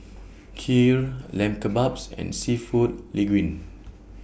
Kheer Lamb Kebabs and Seafood Linguine